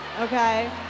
Okay